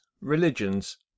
religions